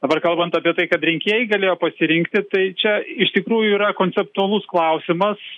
dabar kalbant apie tai kad rinkėjai galėjo pasirinkti tai čia iš tikrųjų yra konceptualus klausimas